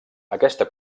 aquesta